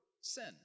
sin